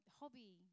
hobby